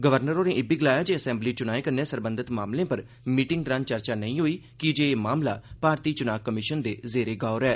governor होरें इब्बी गलाया जे असैम्बली च्नाएं कन्नै सरबंधत मामलें पर मीटिंग दौरान चर्चा नेईं होई कीजे एह मामला भारती च्नां कमिशन दे ज़ेरे ग़ौर ऐ